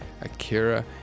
Akira